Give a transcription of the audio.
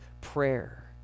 prayer